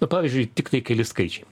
nu pavyzdžiui tiktai keli skaičiai